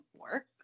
work